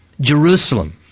Jerusalem